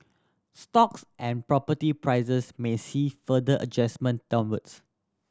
stocks and property prices may see further adjustment downwards